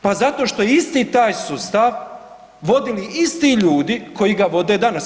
Pa zato što isti taj sustav vodili isti ljudi koji ga vode danas.